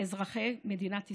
אזרחי מדינת ישראל.